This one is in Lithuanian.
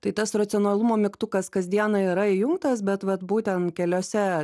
tai tas racionalumo mygtukas kasdieną yra įjungtas bet vat būtent keliose